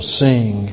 sing